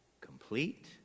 complete